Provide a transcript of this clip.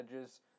edges